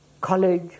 college